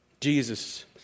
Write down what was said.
Jesus